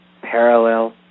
parallel